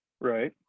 Right